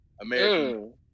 american